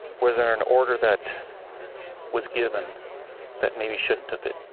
was there an order that was given that maybe shouldn't have been?